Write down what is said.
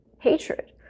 hatred